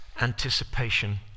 anticipation